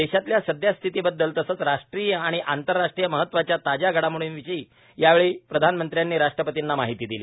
देशातल्या सदयस्थितीबददल तसंच राष्ट्रीय आणि आंतर राष्ट्रीय महत्त्वाच्या ताज्या घडामोडींविषयी यावेळी प्रधानमंत्र्यांनी राष्ट्रपतींना माहिती दिली